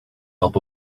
help